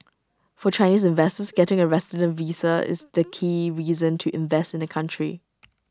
for Chinese investors getting A resident visa is the key reason to invest in the country